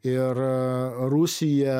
ir rusija